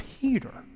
Peter